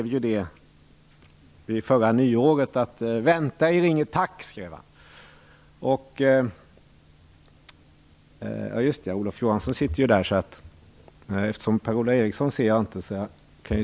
Vid förra årsskiftet skrev Olof Johansson: Vänta er inget tack!